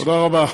תודה רבה.